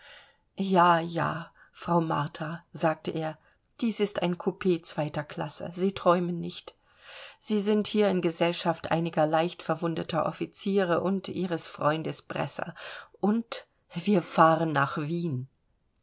ja ja frau martha sagte er dies ist ein koupee zweiter klasse sie träumen nicht sie sind hier in gesellschaft einiger leichtverwundeter offiziere und ihres freundes bresser und wir fahren nach wien